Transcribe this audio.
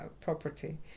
property